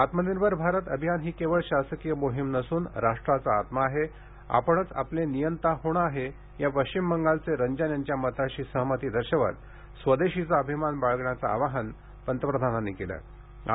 आत्मनिर्भर भारत अभियान ही केवळ शासकीय मोहिम नसून राष्ट्राचा आत्मा आहे आपणच आपले नियंता होणं आहे या पश्चिम बंगालचे रंजन यांच्या मताशी सहमती दर्शवत स्वदेशीचा अभिमान बाळगण्याचं आवाहन पंतप्रधानांनी मन की बात मधून केलं